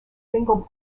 single